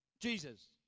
Jesus